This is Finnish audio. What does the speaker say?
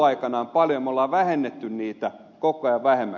me olemme vähentäneet niitä koko ajan